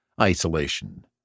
isolation